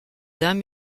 dame